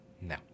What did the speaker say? No